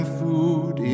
food